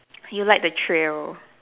you like the thrill